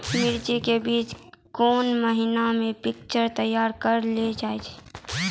मिर्ची के बीज कौन महीना मे पिक्चर तैयार करऽ लो जा?